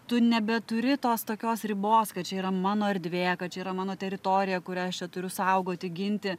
tu nebeturi tos tokios ribos kad čia yra mano erdvė kad čia yra mano teritorija kurią aš čia turiu saugoti ginti